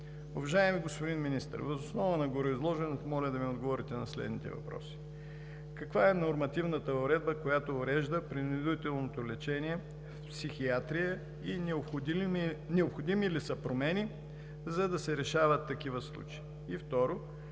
Уважаеми господин Министър, въз основа на гореизложеното моля да ми отговорите на следните въпроси: каква е нормативната уредба, която урежда принудителното лечение в психиатрия, и необходими ли са промени, за да се решават такива случаи? Второ,